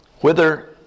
whither